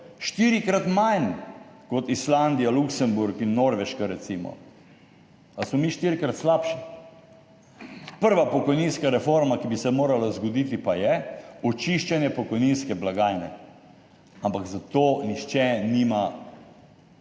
štirikrat manj kot Islandija, Luksemburg in Norveška, recimo. Ali smo mi štirikrat slabši? Prva pokojninska reforma, ki bi se morala zgoditi, pa je očiščenje pokojninske blagajne. Ampak za to nihče nima